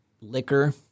liquor